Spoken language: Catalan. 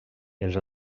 els